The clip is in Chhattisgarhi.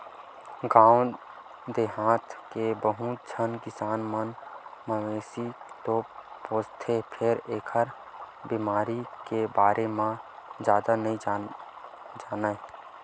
गाँव देहाथ के बहुत झन किसान मन मवेशी तो पोसथे फेर एखर बेमारी के बारे म जादा नइ जानय